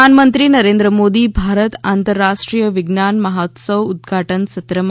પ્રધાનમંત્રી નરેન્દ્ર મોદી ભારત આંતરરાષ્ટ્રીય વિજ્ઞાન મહોત્સવના ઉદઘાટન સત્રમાં